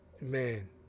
Man